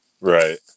right